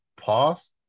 pause